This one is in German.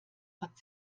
hat